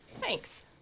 Thanks